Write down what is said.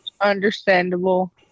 Understandable